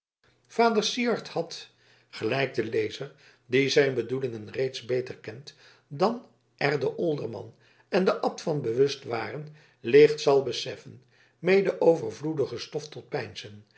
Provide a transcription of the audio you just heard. vader syard had gelijk de lezer die zijn bedoelingen reeds beter kent dan er de olderman en de abt van bewust waren licht zal beseffen mede overvloedige stof tot